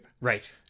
Right